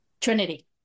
Trinity